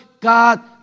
God